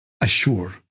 assure